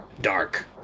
dark